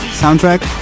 soundtrack